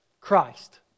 Christ